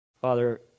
Father